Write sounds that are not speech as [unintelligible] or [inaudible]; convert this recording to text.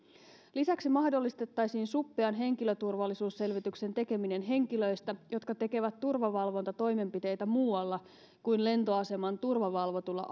lisäksi mahdollistettaisiin suppean henkilöturvallisuusselvityksen tekeminen henkilöistä jotka tekevät turvavalvontatoimenpiteitä muualla kuin lentoaseman turvavalvotulla [unintelligible]